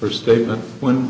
or statement when